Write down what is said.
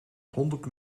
honderd